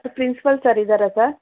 principal sir ಇದ್ದಾರಾ sir